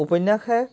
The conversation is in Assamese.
উপন্যাসে